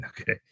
Okay